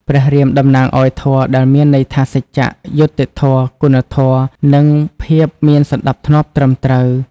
ព្រះរាមតំណាងឲ្យ ធម៌ ដែលមានន័យថា សច្ចៈ យុត្តិធម៌ គុណធម៌ និងភាពមានសណ្ដាប់ធ្នាប់ត្រឹមត្រូវ ។